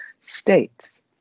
states